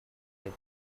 they